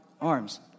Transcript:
arms